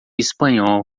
espanhol